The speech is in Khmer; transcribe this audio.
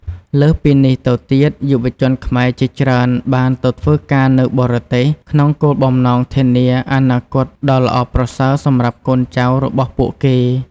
លើសពីនេះទៅទៀតយុវជនខ្មែរជាច្រើនបានទៅធ្វើការនៅបរទេស ក្នុងបំណងធានាអនាគតដ៏ល្អប្រសើរសម្រាប់កូនចៅរបស់ពួកគេ។